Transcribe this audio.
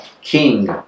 King